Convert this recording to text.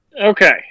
Okay